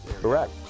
correct